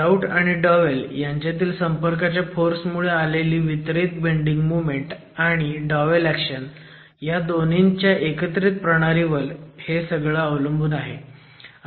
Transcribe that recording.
grout आणि dowel यांच्यातील संपर्काच्या फोर्स मुळे आलेली वितरित बेंडिंग मोमेंट आणि डॉवेल ऍक्शन ह्या दोन्हींच्या एकत्रित प्रणालीवर हे सगळं अवलंबून आहे